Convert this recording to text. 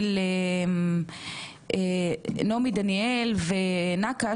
נעמי דניאל ונקש,